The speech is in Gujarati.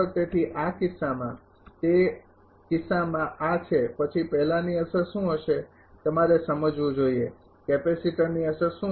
તેથી તે કિસ્સામાં તે કિસ્સામાં આ છે પછી પહેલાની અસર શું હશે તમારે સમજવું જોઈએ કેપેસિટરની અસર શું છે